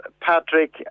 Patrick